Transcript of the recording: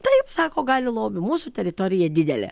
taip sako gali lobių mūsų teritorija didelė